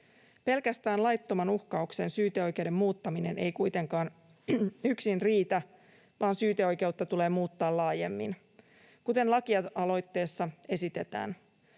Pelkästään laittoman uhkauksen syyteoikeuden muuttaminen ei kuitenkaan yksin riitä, vaan syyteoikeutta tulee muuttaa laajemmin. Kuten lakialoitteessa esitetään,